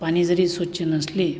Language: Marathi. पाणी जरी स्वच्छ नसले